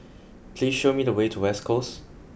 please show me the way to West Coast